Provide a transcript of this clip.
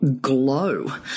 glow